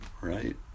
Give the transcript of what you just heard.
Right